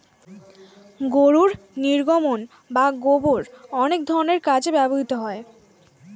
গরুর নির্গমন বা গোবর অনেক ধরনের কাজে ব্যবহৃত হয়